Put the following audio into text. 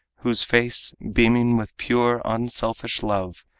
whose face, beaming with pure, unselfish love,